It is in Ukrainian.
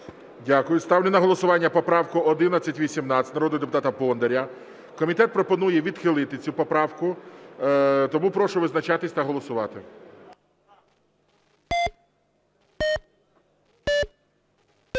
Дякую. Ставлю на голосування поправку 1118 народного депутата Бондаря. Комітет пропонує відхилити цю поправку, тому прошу визначатись та голосувати.